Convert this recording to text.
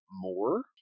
more